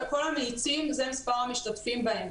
כל המאיצים זה מספר המשתתפים בהם.